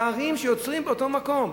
פערים שיוצרים באותו מקום.